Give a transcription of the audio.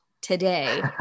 today